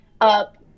up